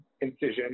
incision